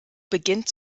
beginnt